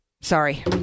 Sorry